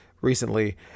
recently